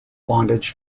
bondage